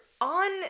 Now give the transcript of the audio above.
on